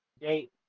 date